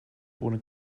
ohne